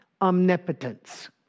omnipotence